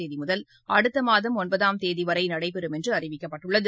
தேதி முதல் அடுத்த மாதம் ஒன்பதாம் தேதி வரை நடைபெறும் என்று அறிவிக்கப்பட்டுள்ளது